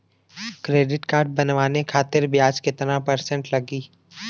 Credit card बनवाने खातिर ब्याज कितना परसेंट लगी?